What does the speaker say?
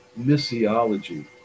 missiology